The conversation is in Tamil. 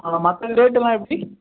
ஆ மற்ற ரேட்டெல்லாம் எப்படி